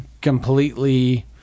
completely